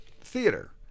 theater